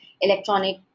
electronic